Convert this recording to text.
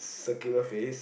circular face